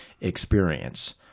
experience